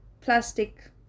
plastic